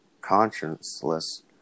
conscienceless